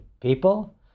people